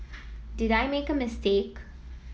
did I make a mistake